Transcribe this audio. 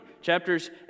Chapters